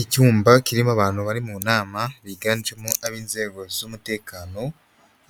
Icyumba kirimo abantu bari mu nama biganjemo ab'inzego z'umutekano